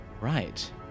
Right